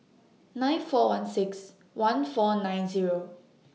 nine four one six one four nine Zero